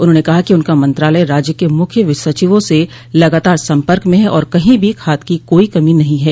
उन्होंने कहा कि उनका मंत्रालय राज्य के मुख्य सचिवों से लगातार सम्पर्क में है और कहीं भी खाद की कोई कमी नहीं है